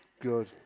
good